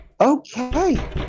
Okay